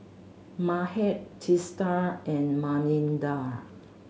Mahade Teesta and Manindra